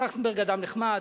טרכטנברג אדם נחמד.